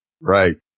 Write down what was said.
Right